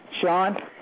Sean